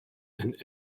and